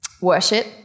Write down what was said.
worship